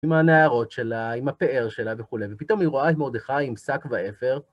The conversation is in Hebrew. עם הנערות שלה, עם הפאר שלה וכולי, ופתאום היא רואה את מרדכי עם שק ואפר.